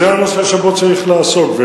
זה הנושא שבו צריך לעסוק.